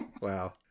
Wow